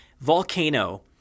volcano